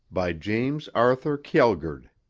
by james arthur kjelgaard